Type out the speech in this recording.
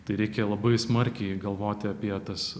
tai reikia labai smarkiai galvoti apie tas